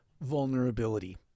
vulnerability